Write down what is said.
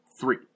Three